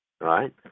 right